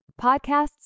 podcasts